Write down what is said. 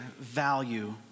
value